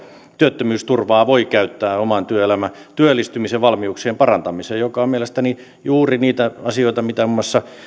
työttömyysturvaa voi käyttää omien työelämään työllistymisen valmiuksien parantamiseen mikä on mielestäni juuri niitä asioita mitä muun muassa